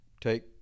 take